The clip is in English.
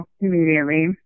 immediately